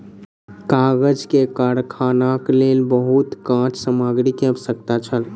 कागज के कारखानाक लेल बहुत काँच सामग्री के आवश्यकता छल